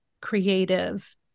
creative